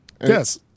Yes